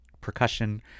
percussion